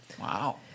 Wow